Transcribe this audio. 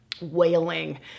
wailing